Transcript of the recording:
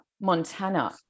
Montana